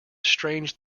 strange